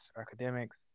academics